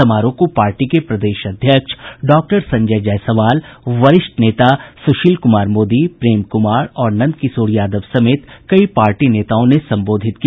समारोह को पार्टी के प्रदेश अध्यक्ष डॉक्टर संजय जायसवाल वरिष्ठ नेता सुशील कुमार मोदी प्रेम कुमार और नंदकिशोर यादव समेत कई पार्टी नेताओं ने संबोधित किया